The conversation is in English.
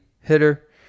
hitter